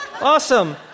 awesome